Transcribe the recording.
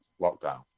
lockdown